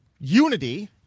unity